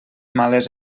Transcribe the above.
males